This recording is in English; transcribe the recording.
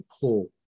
pull